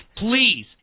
please